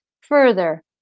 further